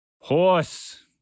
Horse